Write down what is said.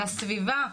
לסביבה,